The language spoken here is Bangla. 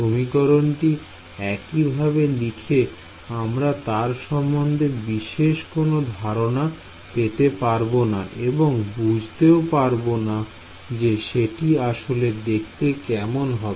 সমীকরণটি এইভাবে লিখে আমরা তার সম্বন্ধে বিশেষ কোনো ধারণা পেতে পারবো না এবং বুঝতেও পারবো না যে সেটি আসলে দেখতে কেমন হবে